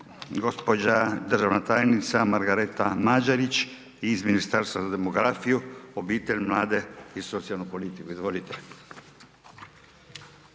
Gospođa državna tajnica Margareta Mađerić iz Ministarstva za demografiju, obitelj, mlade i socijalnu politiku. Izvolite.